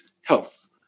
health